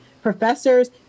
Professors